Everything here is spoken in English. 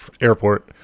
airport